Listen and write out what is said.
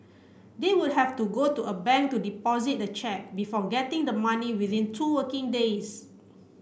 they would have to go to a bank to deposit the cheque before getting the money within two working days